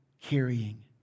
carrying